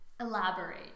Elaborate